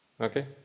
okay